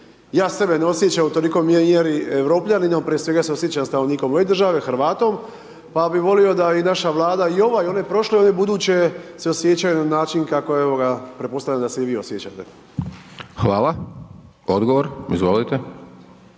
ja sebe ne osjećam u tolikoj mjeri Europljaninom, prije svega se osjećam stanovnikom ove države, Hrvatom pa bi volio da i naša Vlada i ova i one prošle i one buduće se osjećaju na način kako, evo ga, pretpostavljam da se i vi osjećate. **Hajdaš Dončić,